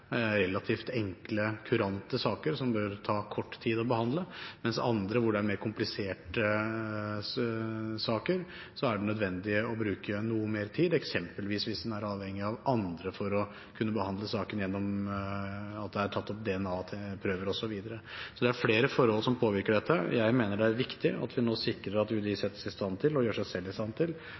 relativt enkle, kurante saker, som det bør ta kort tid å behandle, mens det i andre, mer kompliserte saker er nødvendig å bruke noe mer tid, eksempelvis hvis en er avhengig av andre for å kunne behandle saken, ved at det er tatt opp DNA-prøver osv. Det er flere forhold som påvirker dette. Jeg mener det er viktig at vi nå sikrer at UDI settes i stand til, og gjør seg selv i stand til,